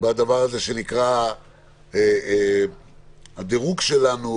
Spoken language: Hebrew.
בדבר הזה שנקרא "הדירוג שלנו",